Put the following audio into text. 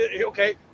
okay